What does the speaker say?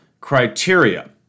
criteria